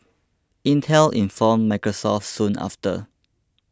Intel informed Microsoft soon after